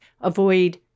avoid